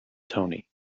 tony